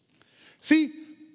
See